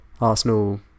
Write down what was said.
Arsenal